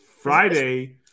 Friday